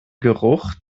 geruch